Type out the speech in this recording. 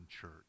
church